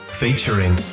featuring